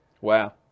Wow